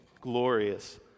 glorious